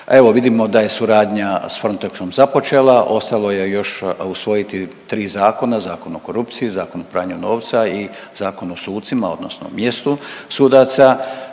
Evo vidimo da je suradnja s Frontexom započela, ostalo je još usvojiti tri zakona, Zakon o korupciji, Zakon o pranju novca i Zakon o sucima odnosno mjestu sudaca